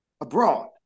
abroad